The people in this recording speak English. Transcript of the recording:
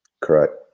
Correct